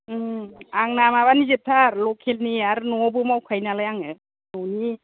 आंना माबानि जोबथार लकेलनि आर नआवबो मावखायो नालाय आङो